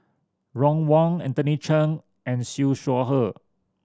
Ron Wong Anthony Chen and Siew Shaw Her